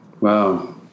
Wow